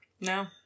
No